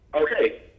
Okay